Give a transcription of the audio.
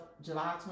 July